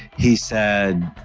he said,